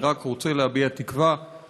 אני רק רוצה להביע תקווה,